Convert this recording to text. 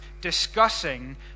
discussing